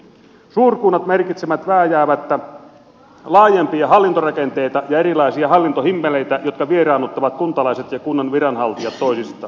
suurkunnat merkitsevät vääjäämättä laajempia hallintorakenteita ja erilaisia hallintohimmeleitä jotka vieraannuttavat kuntalaiset ja kunnan viranhaltijat toisistaan